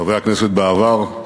חברי הכנסת בעבר,